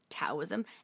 Taoism